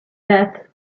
that